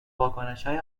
واکنشهای